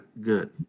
good